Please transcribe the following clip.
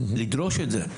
לדרוש את זה,